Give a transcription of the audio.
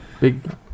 Big